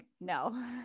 No